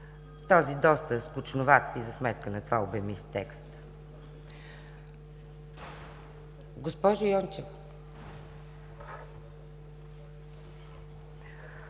този доста скучноват и за сметка на това – обемист текст. Госпожо Йончева,